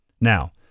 Now